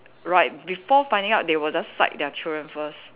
right before finding out they will just side their children first